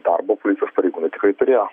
darbo policijos pareigūnai tikrai turėjo